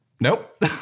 Nope